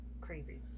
crazy